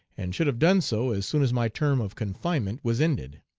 and should have done so as soon as my term of confinement was ended.